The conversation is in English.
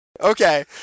Okay